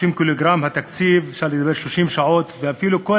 30 ק"ג התקציב, אפשר לדבר 30 שעות, ואפילו בכל